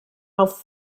auf